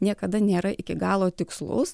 niekada nėra iki galo tikslus